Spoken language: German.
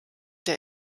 der